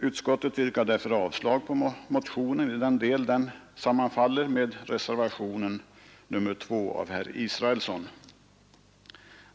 Utskottet yrkar därför avslag på motionen 720 i den del den sammanfalder med reservationen 2 av herr Israelsson.